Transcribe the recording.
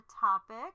topic